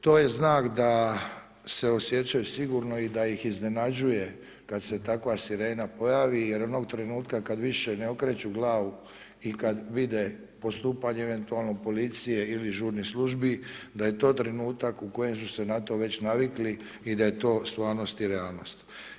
To je znak da se osjećaju sigurno i da ih iznenađuje kad se takva sirena pojavi, jer onog trenutka kad više ne okreću glavu i kad vide postupanje eventualno policije ili žurnih službi, da je to trenutak u kojem su se na to već navikli i da je to stvarnost i realnost.